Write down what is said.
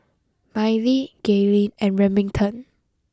Mylie Gaylene and Remington